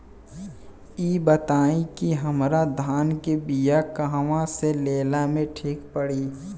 इ बताईं की हमरा धान के बिया कहवा से लेला मे ठीक पड़ी?